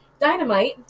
Dynamite